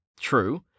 True